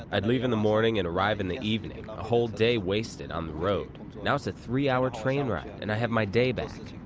i'd leave in the morning and arrive in the evening a whole day wasted on the road! now it's a three hour train ride and i have my day back.